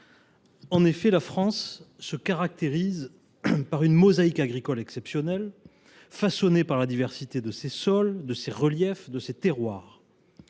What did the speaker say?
élevage. La France se caractérise par une mosaïque agricole exceptionnelle, façonnée par la diversité de ses sols, de ses reliefs, de ses terroirs.